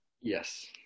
Yes